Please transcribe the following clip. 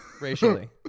racially